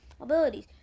Abilities